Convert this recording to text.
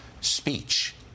speech